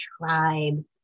tribe